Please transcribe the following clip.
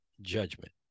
judgment